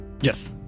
Yes